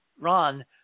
Ron